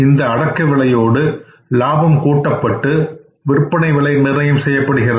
இந்த அடக்கவிலையோடு லாபம் கூட்டப்பட்டு விற்பனை விலை நிர்ணயம் செய்யப்படுகிறது